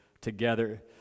together